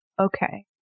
okay